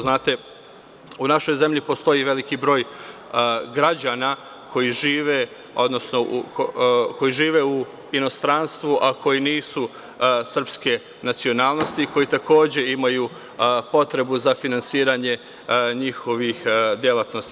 Znate, u našoj zemlji postoji veliki broj građana koji žive u inostranstvu, a koji nisu srpske nacionalnosti, koji takođe imaju potrebu za finansiranje njihovih delatnosti.